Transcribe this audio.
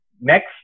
next